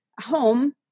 home